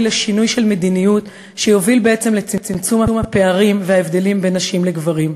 לשינוי מדיניות שיוביל בעצם לצמצום הפערים וההבדלים בין נשים לגברים.